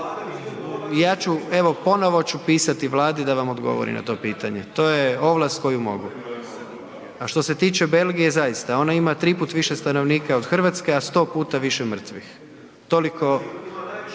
ja ću, evo, ponovno ću pisati Vladi da vam odgovori na to pitanje, to je ovlast koju mogu. A što se tiče Belgije, zaista, ona ima 3 puta više stanovnika od Hrvatske, a 100 puta više mrtvih. Toliko